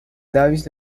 davis